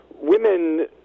Women